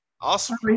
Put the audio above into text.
Awesome